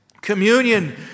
Communion